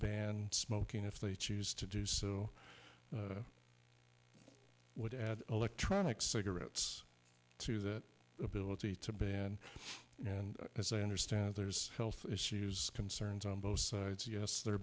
ban smoking if they choose to do so i would add electronic cigarettes to that ability to ban and as i understand there's health issues concerns on both sides yes they're